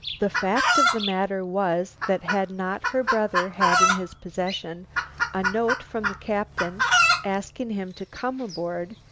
the fact of the matter was that had not her brother had in his possession a note from the captain asking him to come aboard,